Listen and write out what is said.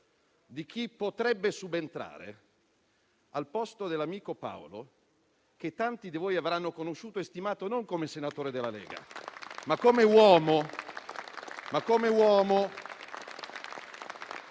di chi potrebbe subentrare al posto dell'amico Paolo, che tanti di voi avranno conosciuto e stimato, non come senatore della Lega ma come uomo,